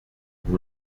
vous